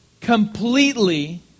completely